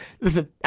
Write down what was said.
listen